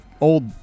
old